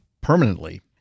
permanently